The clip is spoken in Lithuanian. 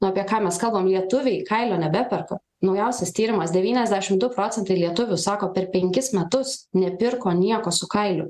nu apie ką mes kalbam lietuviai kailio nebeperka naujausias tyrimas devyniasdešim du procentai lietuvių sako per penkis metus nepirko nieko su kailiu